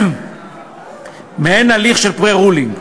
מעין הליך של pre-ruling.